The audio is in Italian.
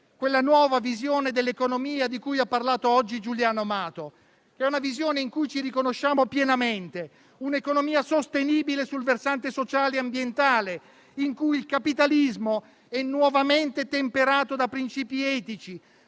quella nuova visione dell'economia di cui ha parlato oggi Giuliano Amato. È una visione in cui ci riconosciamo pienamente: un'economia sostenibile sul versante sociale e ambientale, in cui il capitalismo è nuovamente temperato da principi etici;